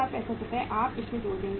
70065 रुपये आप इसमें जोड़ देंगे